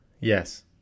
yes